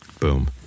boom